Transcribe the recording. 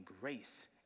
grace